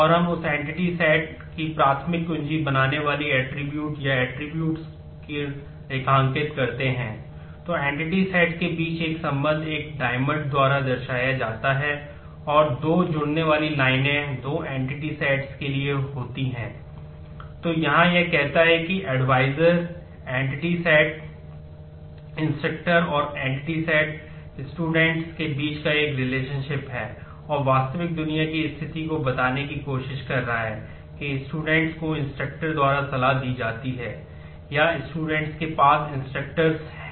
दो entity sets हैं